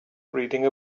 reading